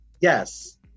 Yes